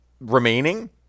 Remaining